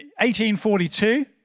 1842